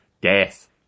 death